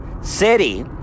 city